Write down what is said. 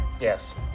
Yes